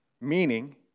Meaning